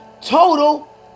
total